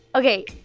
ok,